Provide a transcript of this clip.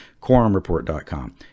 quorumreport.com